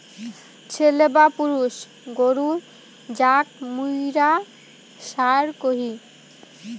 ছেলে বা পুরুষ গরু যাক মুইরা ষাঁড় কহি